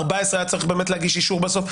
היה צריך להגיש אישור בסוף.